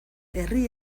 herri